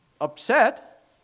upset